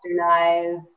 westernized